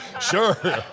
Sure